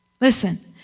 Listen